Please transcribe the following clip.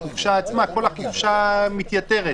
כל החופשה מתייתרת.